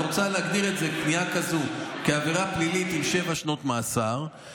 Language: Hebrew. את רוצה להגדיר פנייה כזו כעבירה פלילית עם שבע שנות מאסר,